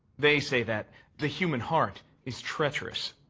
they say that the human heart is treacherous,